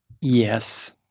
yes